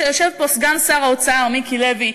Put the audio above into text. יושב פה סגן שר האוצר מיקי לוי,